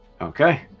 Okay